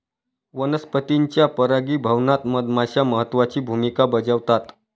वनस्पतींच्या परागीभवनात मधमाश्या महत्त्वाची भूमिका बजावतात